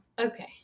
Okay